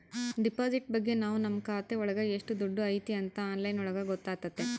deposit ಬಗ್ಗೆ ನಾವ್ ನಮ್ ಖಾತೆ ಒಳಗ ಎಷ್ಟ್ ದುಡ್ಡು ಐತಿ ಅಂತ ಆನ್ಲೈನ್ ಒಳಗ ಗೊತ್ತಾತತೆ